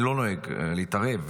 אני לא נוהג להתערב,